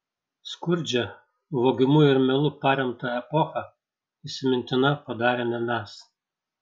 skurdžią vogimu ir melu paremtą epochą įsimintina padarėme mes